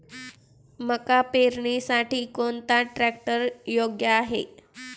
मका पेरणीसाठी कोणता ट्रॅक्टर योग्य आहे?